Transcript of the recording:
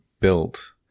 built